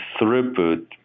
throughput